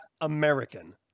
American